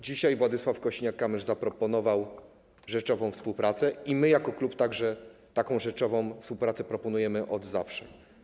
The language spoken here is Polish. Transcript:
Dzisiaj Władysław Kosiniak-Kamysz zaproponował rzeczową współpracę i my jako klub także taką rzeczową współpracę proponujemy od zawsze.